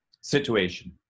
situation